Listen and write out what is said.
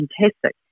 fantastic